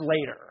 later